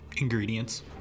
Ingredients